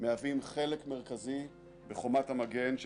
והקשר הזה עם עמותות המילואים בעינינו הוא קשר חשוב ומתקיים.